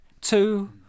Two